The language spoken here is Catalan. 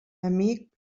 amic